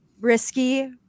risky